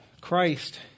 Christ